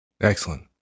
Excellent